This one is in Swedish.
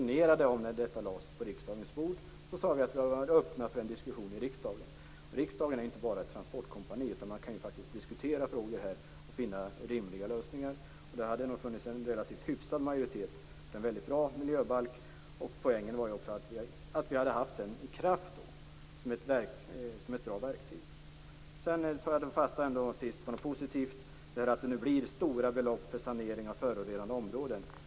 När miljöbalken lades på riksdagens bord sade vi att vi var öppna för en diskussion i riskdagen. Riksdagen är inte bara ett transportkompani, utan man kan faktiskt diskutera frågor här och finna rimliga lösningar. Det hade nog funnits en relativt hyfsad majoritet för en väldigt bra miljöbalk. Poängen är att den nu hade varit i kraft som ett bra verktyg. Till sist tar jag fasta på något som är positivt, och det är att det nu avsätts stora belopp för sanering av förorenade områden.